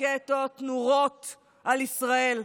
רקטות נורות על ישראל,